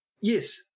yes